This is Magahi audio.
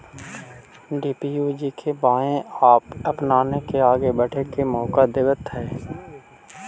डी.डी.यू.जी.के.वाए आपपने के आगे बढ़े के मौका देतवऽ हइ